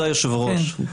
היו"ר,